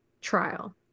trial